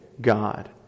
God